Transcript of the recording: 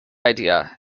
idea